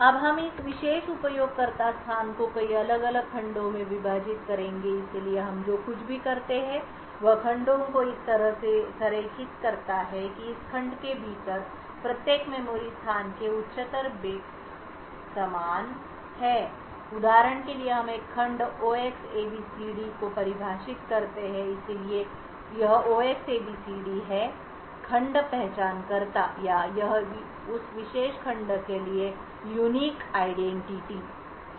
अब हम इस विशेष उपयोगकर्ता स्थान को कई अलग अलग खंडों में विभाजित करेंगे इसलिए हम जो कुछ भी करते हैं वह खंडों को इस तरह से संरेखित करता है कि इस खंड के भीतर प्रत्येक मेमोरी स्थान के उच्चतर बिट बिट्स समान हैं उदाहरण के लिए हम एक खंड 0xabcd को परिभाषित करते हैं इसलिए यह 0Xabcd है खंड पहचानकर्ता या यह उस विशेष खंड के लिए अद्वितीय पहचानकर्ता है